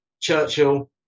Churchill